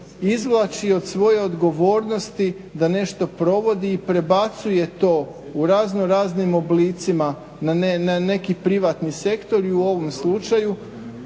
izvlači od svoje odgovornosti da nešto provodi i prebacuje to u raznoraznim oblicima na neki privatni sektor i u ovom slučaju